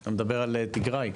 אתה מדבר על טיגריי?